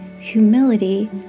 humility